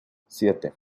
siete